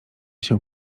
się